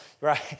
right